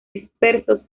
dispersos